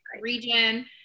region